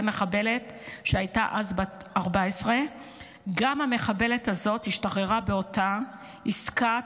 מחבלת שהייתה אז בת 14. גם המחבלת הזאת השתחררה באותה עסקת